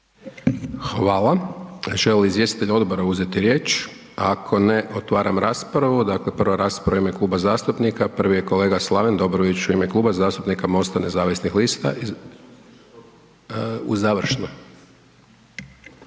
Hvala. Želi li izvjestitelj odbora uzeti riječ? Ako ne, otvaram raspravu, dakle prva rasprava u ime kluba zastupnika, prvi je kolega Slaven Dobrović u ime Klub zastupnika MOST-a nezavisnih lista, u završno.